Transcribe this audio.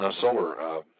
solar